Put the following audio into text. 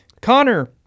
Connor